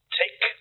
take